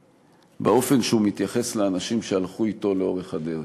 באופן שבו הוא מתייחס לאנשים שהלכו אתו לאורך הדרך.